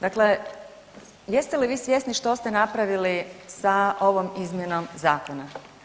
Dakle, jeste li vi svjesni što ste napravili sa ovom izmjenom zakona?